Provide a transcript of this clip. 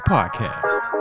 Podcast